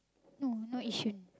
no not Yishun